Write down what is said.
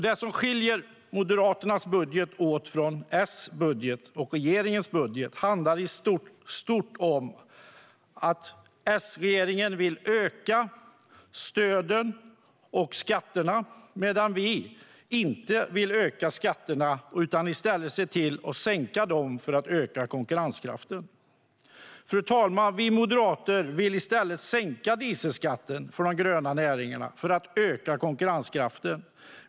Det som skiljer Moderaternas budget från S-budgeten och regeringens budget handlar i stort om att S-regeringen vill öka stöden och skatterna medan vi inte vill öka skatterna utan i stället se till att sänka dem för att öka konkurrenskraften. Fru talman! Vi moderater vill i stället sänka dieselskatten för de gröna näringarna för att öka konkurrenskraften.